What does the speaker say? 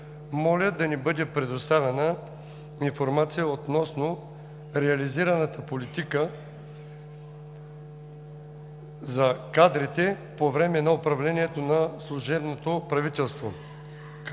моля да ни бъде предоставена информация относно реализираната политика за кадрите по време на управлението на служебното правителство,